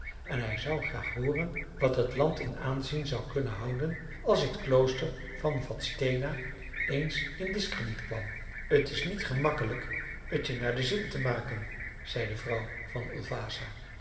en hij zou graag hooren wat het land in aanzien zou kunnen houden als het klooster van vadstena eens in discrediet kwam t is niet gemakkelijk het je naar den zin te maken zei de vrouw van